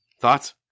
Thoughts